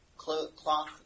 Cloth